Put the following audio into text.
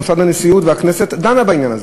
מוסד הנשיאות והכנסת דנו בעניין הזה.